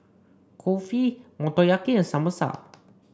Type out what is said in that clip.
Kulfi Motoyaki and Samosa